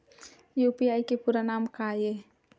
UPI के पूरा नाम का ये?